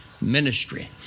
ministry